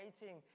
waiting